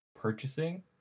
purchasing